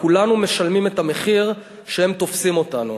כולנו משלמים את המחיר, שהם תופסים אותנו.